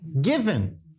given